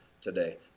today